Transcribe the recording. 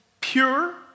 pure